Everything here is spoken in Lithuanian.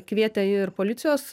kvietę ir policijos